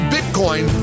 Bitcoin